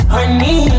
Honey